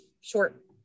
short